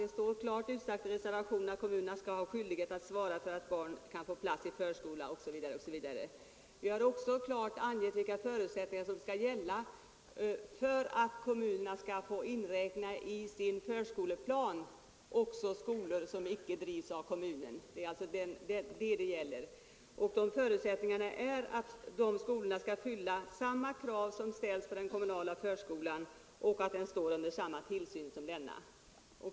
Det står klart utsagt i reservationen 1 att kommunerna skall ha skyldighet att svara för att barn kan få plats i förskola, osv. Vi har också klart angett vilka förutsättningar som skall gälla för att kommun i sin förskoleplan skall få inräkna också skolor som icke drivs av kommunen. Det är alltså det reservationen gäller, och vi anser att förutsättningarna skall vara att de skolorna skall fylla samma krav som gäller för den kommunala förskolan och stå under samma tillsyn som denna.